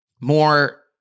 more